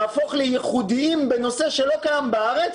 להפוך לייחודיים בנושא שלא קיים בארץ.